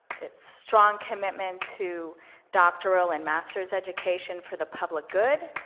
it's strong commitment to doctoral and masters education for the public good,